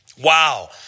Wow